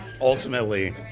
Ultimately